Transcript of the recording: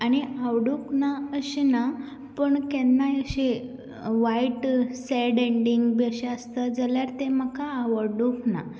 आनी आवडूंक ना अशें ना पण केन्नाय अशी वायट सेड एडिंग बी अशें आसता जाल्यार तें म्हाका आवडूंक ना